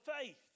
faith